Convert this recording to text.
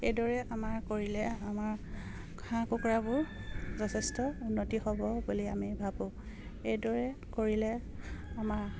এইদৰে আমাৰ কৰিলে আমাৰ হাঁহ কুকুৰাবোৰ যথেষ্ট উন্নতি হ'ব বুলি আমি ভাবোঁ এইদৰে কৰিলে আমাৰ